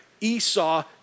esau